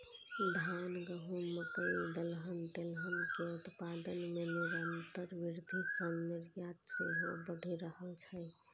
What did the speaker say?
धान, गहूम, मकइ, दलहन, तेलहन के उत्पादन मे निरंतर वृद्धि सं निर्यात सेहो बढ़ि रहल छै